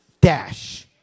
dash